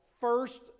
first